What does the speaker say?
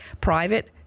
private